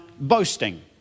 boasting